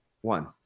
One